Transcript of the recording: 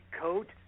coat